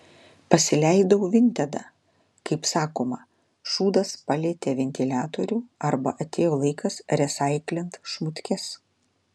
pasileidau vintedą kaip sakoma šūdas palietė ventiliatorių arba atėjo laikas resaiklint šmutkes